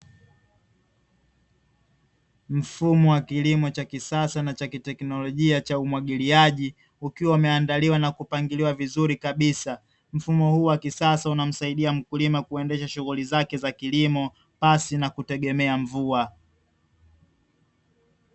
Mfumo wa kilimo cha kisasa na cha kiteknolojia cha umwagiliaji ukiwa umeandalia na kupangiliwa vizuri kabisa, mfumo huu wa kisasa unamsaidia mkulima kuendesha shughuli zake za kilimo pasi na kutegemea mvua.